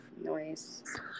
Noise